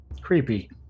creepy